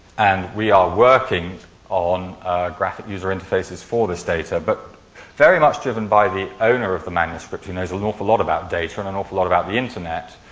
and we are working on graphic user interfaces for this data. but very much driven by the owner of the manuscript who knows an awful lot about data and an awful lot about the internet.